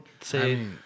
say